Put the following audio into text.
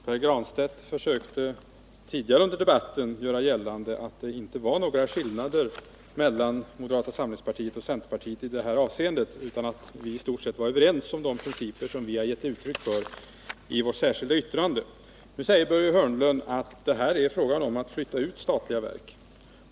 Pär Granstedt försökte tidigare under debatten göra gällande att det inte var några skillnader mellan moderata samlingspartiet och centerpartiet i det här avseendet, utan att vi i stort sett var överens om de principer som vi hade gett uttryck för i vårt särskilda yttrande. Nu säger Börje Hörnlund att det gäller att flytta ut statliga verk.